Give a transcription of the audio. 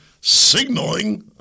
signaling